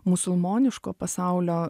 musulmoniško pasaulio